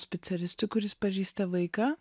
specialistui kuris pažįsta vaiką